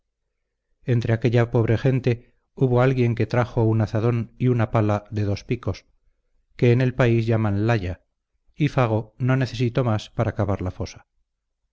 entre aquella pobre gente hubo alguien que trajo un azadón y una pala de dos picos que en el país llaman laya y fago no necesitó más para cavar la fosa